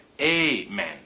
Amen